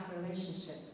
relationship